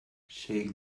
shake